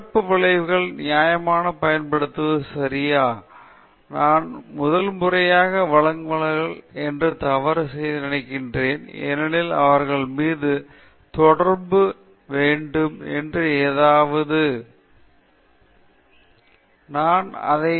சிறப்பு விளைவுகளை நியாயமாக பயன்படுத்துவது சரியா நான் முதல் முறையாக வழங்குனர்கள் இந்த தவறு செய்ய நினைக்கிறேன் ஏனெனில் அவர்கள் மீது தொடர்பு வேண்டும் என்று ஏதாவது அவர்கள் வைக்கிறோம் நாம் நிறைய சிறப்பு பயன்பாடுகள் நிறைய பயன்படுத்த அனுமதிக்கும் மென்பொருள்